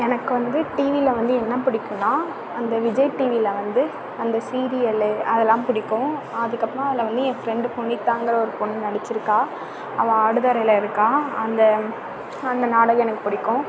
எனக்கு வந்து டிவியில வந்து என்ன பிடிக்குன்னா அந்த விஜய் டிவியில வந்து அந்த சீரியல் அதெல்லாம் பிடிக்கும் அதுக்கப்புறம் அதில் வந்து ஏன் ஃப்ரெண்டு புனிதாங்கிற ஒரு பொண்ணு நடிச்சிருக்கா அவள் ஆடுதுறையில இருக்கா அந்த அந்த நாடகம் எனக்கு பிடிக்கும்